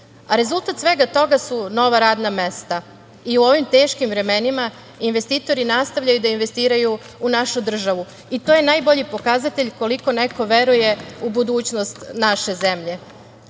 rezultat svega toga su nova radna mesta i u ovim teškim vremenima investitori nastavljaju da investiraju u našu državu. To je najbolji pokazatelj koliko neko veruje u budućnost naše zemlje. Kroz